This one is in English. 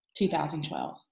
2012